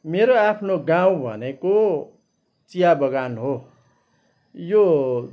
मेरो आफ्नो गाउँ भनेको चिया बगान हो यो